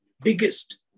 biggest